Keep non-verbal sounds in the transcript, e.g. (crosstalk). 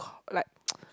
(breath) like (noise)